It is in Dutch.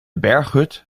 berghut